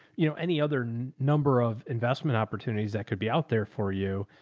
you know, any other number of investment opportunities that could be out there for you?